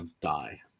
die